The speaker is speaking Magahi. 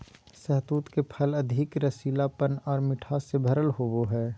शहतूत के फल अधिक रसीलापन आर मिठास से भरल होवो हय